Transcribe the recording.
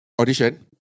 audition